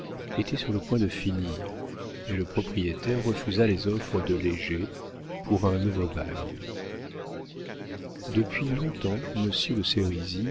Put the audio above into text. était sur le point de finir et le propriétaire refusa les offres de léger pour un nouveau bail depuis longtemps